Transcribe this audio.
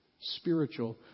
spiritual